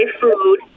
food